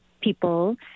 people